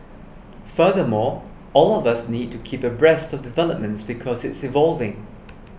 furthermore all of us need to keep abreast of developments because it's evolving